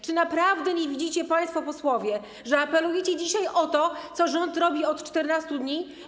Czy naprawdę nie widzicie państwo posłowie, że apelujecie dzisiaj o to, co rząd robi od 14 dni?